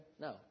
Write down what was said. No